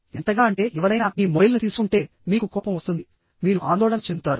ఎంతగా అంటే ఎవరైనా మీ మొబైల్ను తీసుకుంటే మీకు కోపం వస్తుంది మీరు ఆందోళన చెందుతారు